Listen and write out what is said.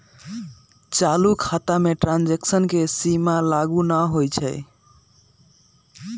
चालू खता में ट्रांजैक्शन के सीमा लागू न होइ छै